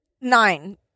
nine